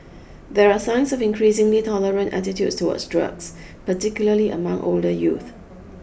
there are signs of increasingly tolerant attitudes towards drugs particularly among older youth